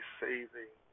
saving